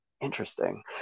interesting